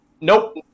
Nope